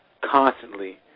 constantly